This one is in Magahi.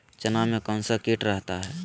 चना में कौन सा किट रहता है?